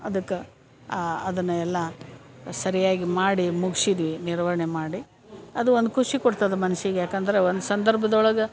ಅದಕ್ಕೆ ಅದನ್ನು ಎಲ್ಲ ಸರಿಯಾಗಿ ಮಾಡಿ ಮುಗ್ಸಿದೀವಿ ನಿರ್ವಹಣೆ ಮಾಡಿ ಅದು ಒಂದು ಖುಷಿ ಕೊಡ್ತದೆ ಮನ್ಸಿಗೆ ಯಾಕಂದ್ರೆ ಒಂದು ಸಂದರ್ಭದೊಳಗೆ